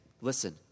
Listen